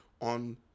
on